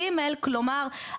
ג' כלומר,